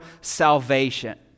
salvation